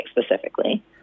specifically